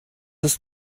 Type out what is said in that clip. ist